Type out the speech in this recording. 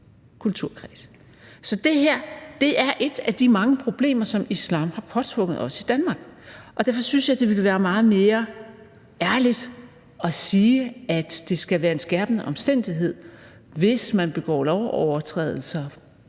Så det her er et af de mange problemer, som islam har påtvunget os i Danmark, og derfor synes jeg, det ville være meget mere ærligt at sige, at det skal være en skærpende omstændighed, hvis man begår lovovertrædelser